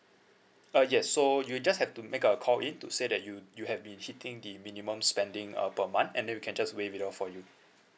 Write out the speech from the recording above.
uh yes so you just have to make a call in to say that you you have been hitting the minimum spending uh per month and then we can just waive it off for you